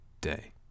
day